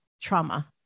trauma